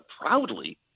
proudly